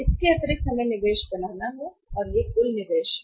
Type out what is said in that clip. इसके अतिरिक्त निवेश हमें बनाना है और यह कुल निवेश है